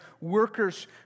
workers